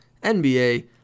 NBA